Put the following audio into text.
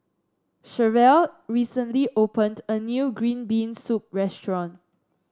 Cherelle recently opened a new Green Bean Soup restaurant